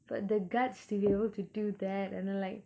but the guts to be able to do that and then like